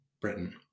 Britain